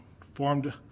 formed